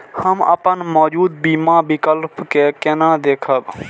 हम अपन मौजूद बीमा विकल्प के केना देखब?